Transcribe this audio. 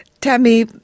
Tammy